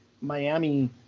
Miami